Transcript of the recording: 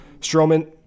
Strowman